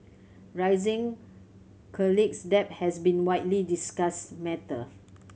rising college debt has been a widely discussed matter